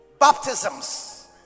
baptisms